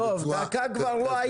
דקה זה כבר לא,